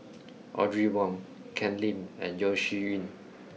Audrey Wong Ken Lim and Yeo Shih Yun